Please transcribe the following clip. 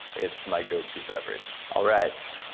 it's my go to beverage all right,